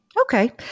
Okay